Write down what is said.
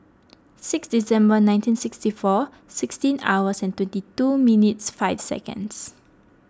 six December nineteen sixty four sixteen hours and twenty two minutes five seconds